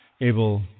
able